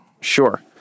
Sure